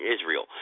Israel